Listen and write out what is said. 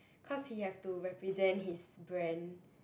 cause he have to represent his brand